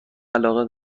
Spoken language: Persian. علاقه